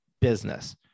business